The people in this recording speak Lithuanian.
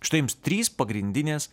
štai trys pagrindinės